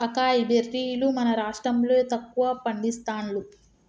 acai బెర్రీలు మన రాష్టం లో తక్కువ పండిస్తాండ్లు